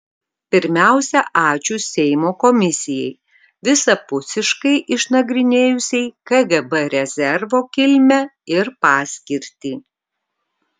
pirmiausia ačiū seimo komisijai visapusiškai išnagrinėjusiai kgb rezervo kilmę ir paskirtį